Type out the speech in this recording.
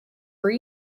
were